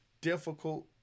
difficult